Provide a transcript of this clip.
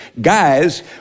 guys